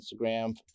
Instagram